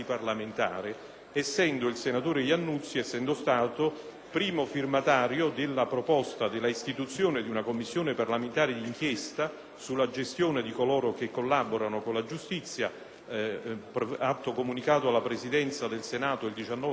primo firmatario della proposta di istituire una Commissione parlamentare d'inchiesta sulla gestione di coloro che collaborano con la giustizia, atto comunicato alla Presidenza del Senato il 19 febbraio 2004 e ricordo che, nella relazione di accompagnamento,